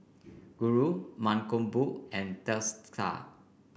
Guru Mankombu and Teesta